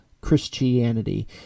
Christianity